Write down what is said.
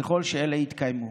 ככל שאלה התקיימו.